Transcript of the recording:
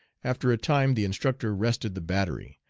after a time the instructor rested the battery.